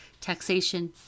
Taxation